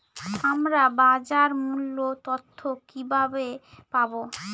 আমরা বাজার মূল্য তথ্য কিবাবে পাবো?